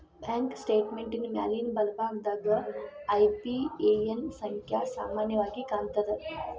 bank ಸ್ಟೇಟ್ಮೆಂಟಿನ್ ಮ್ಯಾಲಿನ್ ಬಲಭಾಗದಾಗ ಐ.ಬಿ.ಎ.ಎನ್ ಸಂಖ್ಯಾ ಸಾಮಾನ್ಯವಾಗಿ ಕಾಣ್ತದ